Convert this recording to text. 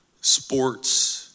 sports